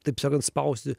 taip sakant spausti